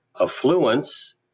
affluence